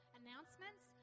announcements